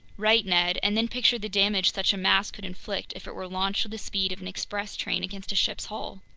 right, ned, and then picture the damage such a mass could inflict if it were launched with the speed of an express train against a ship's hull.